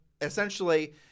essentially